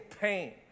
pain